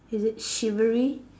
is it chivalry